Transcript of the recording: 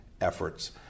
efforts